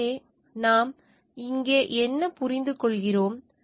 எனவே நாம் இங்கே என்ன புரிந்துகொள்கிறோம்